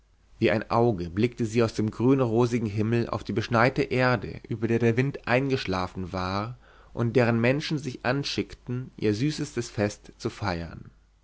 wie ein auge blickte sie aus dem grünrosigen himmel auf die beschneite erde über der der wind eingeschlafen war und deren menschen sich anschickten ihr süßestes fest zu feiern